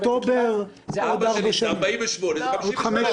וכמובן שמפסיקים גבייה.